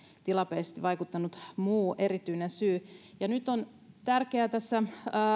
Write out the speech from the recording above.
tilapäisesti vaikuttanut muu erityinen syy nyt on tärkeää tässä